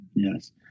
Yes